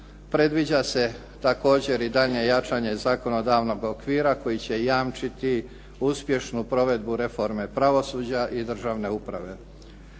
Predviđa se također i daljnje jačanje zakonodavnog okvira koji će jamčiti uspješnu provedbu reforme pravosuđa i državne uprave.